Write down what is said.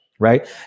Right